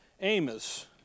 Amos